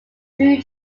true